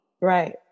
Right